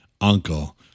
uncle